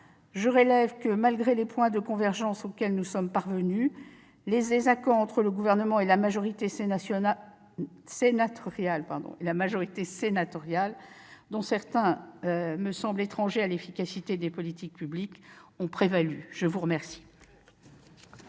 Je relève que, malgré les points de convergence auxquels nous sommes parvenus, les désaccords entre le Gouvernement et la majorité sénatoriale, dont certains membres me semblent étrangers à l'efficacité des politiques publiques, ont prévalu. La parole